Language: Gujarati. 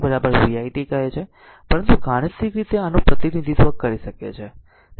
તેથી p vi t કહે છે પરંતુ ગાણિતિક રીતે આનું પ્રતિનિધિત્વ કરી શકે છે